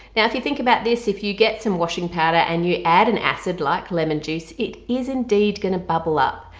now if you think about this if you get some washing powder and you add an acid like lemon juice it is indeed gonna bubble up.